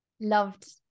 loved